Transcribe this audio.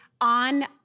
on